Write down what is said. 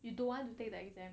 you don't want to take the exam